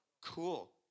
cool